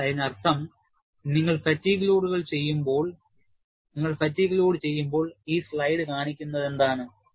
അതിനാൽ അതിനർത്ഥം നിങ്ങൾ ഫാറ്റീഗ് ലോഡുചെയ്യുമ്പോൾ ഈ സ്ലൈഡ് കാണിക്കുന്നത് എന്താണ്